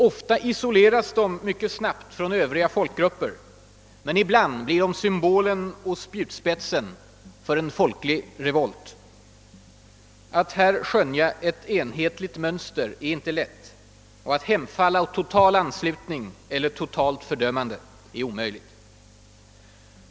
Ofta isoleras de snabbt från övriga folk grupper; ibland blir de symbolen och spjutspetsen för en folklig revolt. Att här skönja ett enhetligt mönster är inte lätt; att hemfalla åt total anslutning eller totalt fördömande är omöjligt.